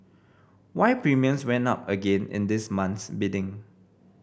why premiums went up again in this month's bidding